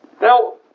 Now